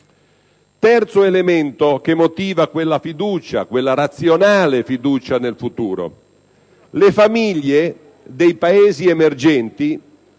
Terzo elemento che motiva quella razionale fiducia nel futuro: le famiglie dei Paesi emergenti